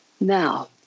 Now